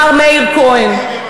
מר מאיר כהן,